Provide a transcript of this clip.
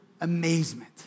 amazement